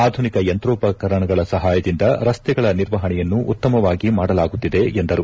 ಆಧುನಿಕ ಯಂತ್ರೋಪಕರಣಗಳ ಸಹಾಯದಿಂದ ರಸ್ತೆಗಳ ನಿರ್ವಹಣೆಯನ್ನು ಉತ್ತಮವಾಗಿ ಮಾಡಲಾಗುತ್ತಿದೆ ಎಂದರು